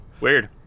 Weird